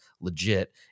legit